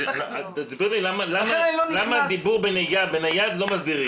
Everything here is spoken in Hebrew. תסביר לי למה את הדיבור בנהיגה בנייד לא מסדירים?